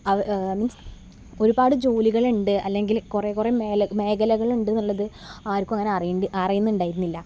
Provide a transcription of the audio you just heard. means ഒരുപാട് ജോലികളുണ്ട് അല്ലെങ്കിൽ കുറേ കുറേ മേല മേഖലകളുണ്ടെന്നുള്ളത് ആർക്കും അങ്ങനെ അറിയി അറിയുന്നുണ്ടായിരുന്നില്ല